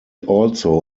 also